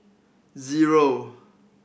zero